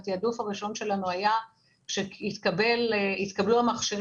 העדיפות הראשונה שלנו כשהתקבלו המכשירים